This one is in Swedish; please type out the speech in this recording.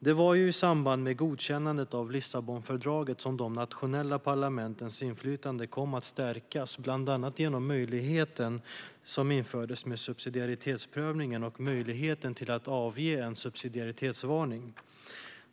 Det var i samband med godkännandet av Lissabonfördraget som de nationella parlamentens inflytande kom att stärkas, bland annat genom möjligheten som infördes med subsidiaritetsprövning och möjlighet att avge en subsidiaritetsvarning.